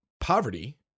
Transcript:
poverty